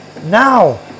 Now